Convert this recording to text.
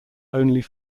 valid